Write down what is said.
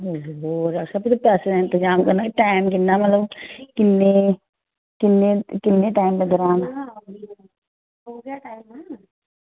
ते डॉक्टर साहग पैसें दा इंतजाम करना ते किन्ने मतलब किन्ने टाईम दे दौरान